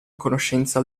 conoscenza